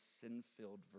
sin-filled